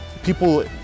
People